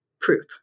proof